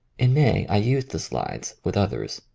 in may i used the slides, with others,